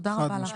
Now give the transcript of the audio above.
תודה רבה לך.